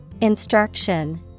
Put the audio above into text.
Instruction